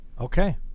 Okay